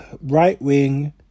right-wing